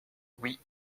oui